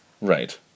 Right